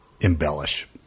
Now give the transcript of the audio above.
Embellish